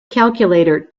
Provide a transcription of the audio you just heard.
calculator